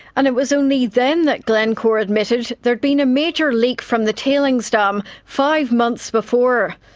and it was only then that glencore admitted there had been a major leak from the tailings dam five months before.